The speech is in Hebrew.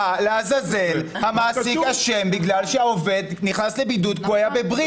מה לעזאזל המעסיק אשם שהעובד נכנס לבידוד כי הוא היה בברית?